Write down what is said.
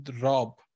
rob